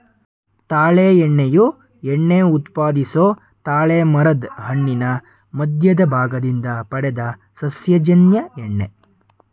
ತಾಳೆ ಎಣ್ಣೆಯು ಎಣ್ಣೆ ಉತ್ಪಾದಿಸೊ ತಾಳೆಮರದ್ ಹಣ್ಣಿನ ಮಧ್ಯದ ಭಾಗದಿಂದ ಪಡೆದ ಸಸ್ಯಜನ್ಯ ಎಣ್ಣೆ